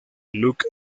luke